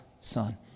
Son